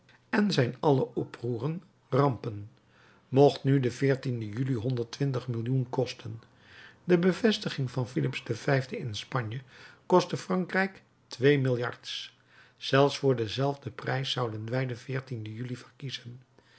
en zijn alle oproeren rampen mocht nu de juli honderd twintig millioen kosten de bevestiging van filips v in spanje kostte frankrijk twee milliards zelfs voor denzelfden prijs zouden wij den juli verkiezen